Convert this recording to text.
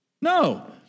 No